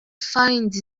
finds